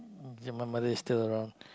that my mother is still around